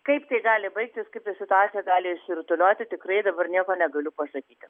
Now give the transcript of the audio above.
kaip tai gali baigtis kaip ta situacija gali išsirutulioti tikrai dabar nieko negaliu pasakyti